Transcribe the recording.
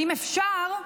ואם אפשר,